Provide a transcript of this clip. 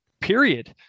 period